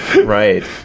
right